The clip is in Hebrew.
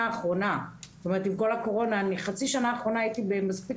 עם כל הקורונה בחצי שנה האחרונה הייתי במספיק